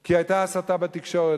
כי היתה הסתה בתקשורת,